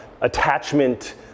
attachment